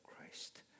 Christ